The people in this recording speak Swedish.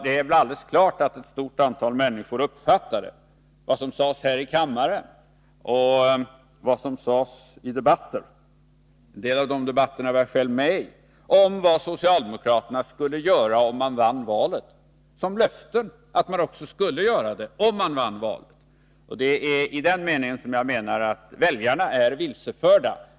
Det är alldeles uppenbart att ett stort antal människor uppfattade det som sades här i kammaren och i valdebatten om vad socialdemokraterna skulle göra som löften att man också skulle göra så om man vann valet. Det är i den meningen som jag anser att väljarna är vilseförda.